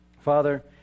Father